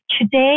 Today